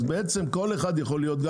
למעשה כל אחד יכול להיות,